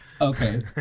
Okay